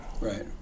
Right